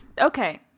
okay